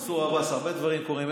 מנסור עבאס, הרבה דברים קורים.